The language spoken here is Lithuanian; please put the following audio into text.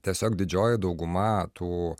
tiesiog didžioji dauguma tų